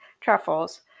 Truffles